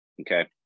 okay